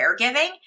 caregiving